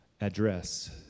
address